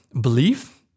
belief